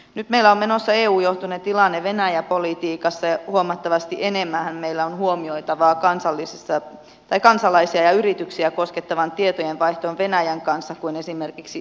nyt meillä on menossa eu johtoinen tilanne venäjä politiikassa ja huomattavasti enemmänhän meillä on huomioitavaa kansalaisia ja yrityksiä koskettavassa tietojenvaihdossa venäjän kanssa kuin esimerkiksi yhdysvaltojen